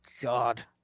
God